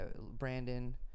Brandon